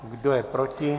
Kdo je proti?